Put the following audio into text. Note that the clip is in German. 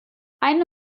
eine